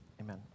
Amen